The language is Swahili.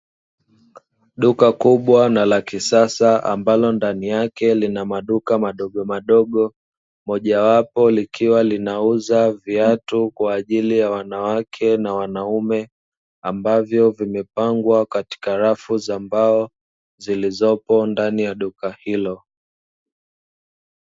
Duka kubwa na la kisasa ambalo ndani yake lina maduka madogo madogo, moja wapo likiwa linauza viatu kwa ajili ya wanawake na wanaume ambavyo vimepangwa katika rafu za mbao zilizopo ndani ya duka hilo.